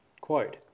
Quote